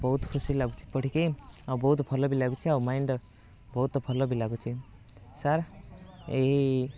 ବହୁତ ଖୁସି ଲାଗୁଛି ପଢ଼ିକି ଆଉ ବହୁତ ଭଲ ବି ଲାଗୁଛି ଆଉ ମାଇଣ୍ଡ ବହୁତ ଭଲ ବି ଲାଗୁଛି ସାର୍ ଏଇ